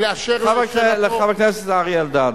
חבר הכנסת אריה אלדד,